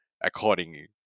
accordingly